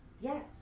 Yes